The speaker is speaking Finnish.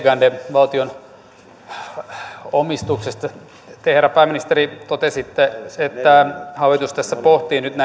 valtion omistuksesta te herra pääministeri totesitte että hallitus tässä pohtii nyt eri